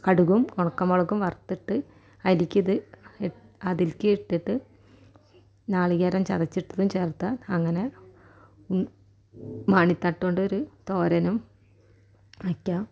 കടുകും ഉണക്കമുളകും വറുത്തിട്ട് അതിലേക്കിത് അതിലേക്ക് ഇട്ടിട്ട് നാളികേരം ചതച്ചിട്ടതും ചേർത്താൽ അങ്ങനെ മാണിത്തട്ടുകൊണ്ടൊരു തോരനും വയ്ക്കാം